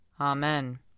Amen